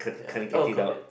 ya oh Kelvin